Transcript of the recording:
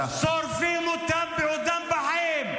שורפים להם רכבים,